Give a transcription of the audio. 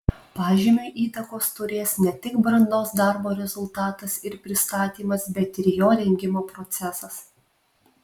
pažymiui įtakos turės ne tik brandos darbo rezultatas ir pristatymas bet ir jo rengimo procesas